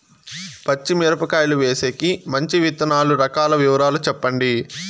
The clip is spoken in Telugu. పచ్చి మిరపకాయలు వేసేకి మంచి విత్తనాలు రకాల వివరాలు చెప్పండి?